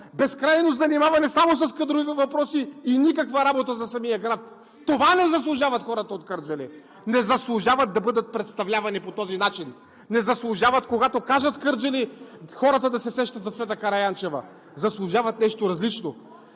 безкрайно занимаване само с кадрови въпроси и никаква работа за самия град. Това не заслужават хората от Кърджали! Не заслужават да бъдат представлявани по този начин! Не заслужават, когато кажат: „Кърджали“, хората да се сещат за Цвета Караянчева! Заслужават нещо различно!